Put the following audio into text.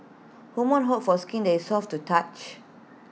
women hope for skin that is soft to touch